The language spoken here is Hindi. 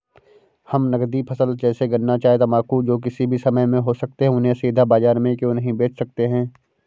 हम नगदी फसल जैसे गन्ना चाय तंबाकू जो किसी भी समय में हो सकते हैं उन्हें सीधा बाजार में क्यो नहीं बेच सकते हैं?